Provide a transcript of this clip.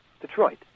Detroit